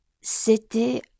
c'était